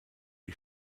die